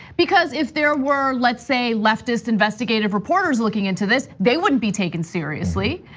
because if there were, let's say, leftist investigative reporters looking into this, they wouldn't be taken seriously.